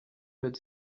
wird